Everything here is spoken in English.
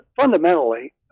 fundamentally